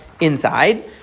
inside